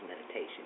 meditation